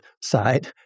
side